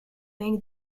make